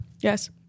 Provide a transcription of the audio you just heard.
Yes